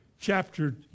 chapter